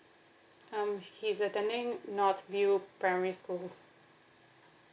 um he's attending north view primary school